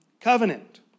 covenant